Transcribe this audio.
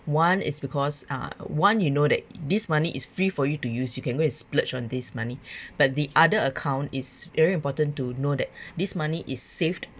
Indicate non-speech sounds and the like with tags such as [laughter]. one is because uh one you know that this money is free for you to use you can go and splurge on this money [breath] but the other account is very important to know that this money is saved